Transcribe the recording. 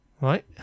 Right